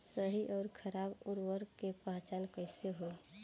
सही अउर खराब उर्बरक के पहचान कैसे होई?